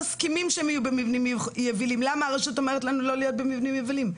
מסכימים שהם יהיו במבנים יבילים,